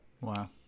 Wow